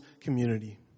community